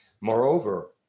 moreover